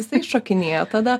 jisai šokinėjo tada